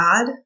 God